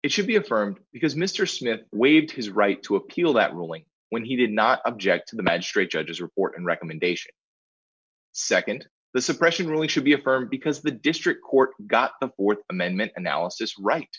it should be affirmed because mr smith waived his right to appeal that ruling when he did not object to the magistrate judges report and recommendation nd the suppression really should be affirmed because the district court got the amendment analysis right